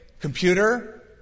computer